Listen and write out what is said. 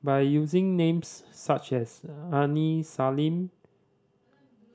by using names such as Aini Salim